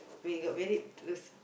when you got married with